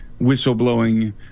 whistleblowing